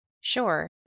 Sure